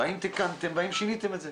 והאם תיקנתם והאם שיניתם את זה?